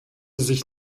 sich